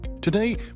Today